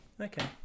Okay